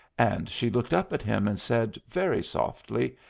and she looked up at him and said, very softly,